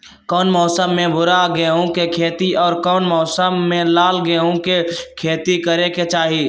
कौन मौसम में भूरा गेहूं के खेती और कौन मौसम मे लाल गेंहू के खेती करे के चाहि?